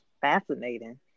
fascinating